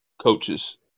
coaches